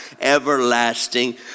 everlasting